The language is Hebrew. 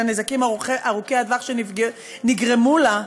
של הנזקים ארוכי-הטווח שנגרמו לה,